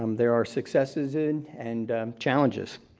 um there are successes in and challenges.